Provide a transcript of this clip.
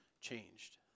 changed